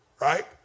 right